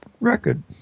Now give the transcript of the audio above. record